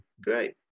great